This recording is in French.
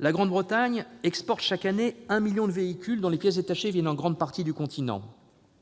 La Grande-Bretagne exporte chaque année un million de véhicules dont les pièces détachées viennent en grande partie du continent.